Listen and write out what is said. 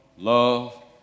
Love